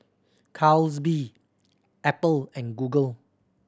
Calbee Apple and Google